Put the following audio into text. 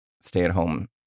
stay-at-home